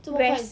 rest